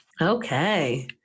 Okay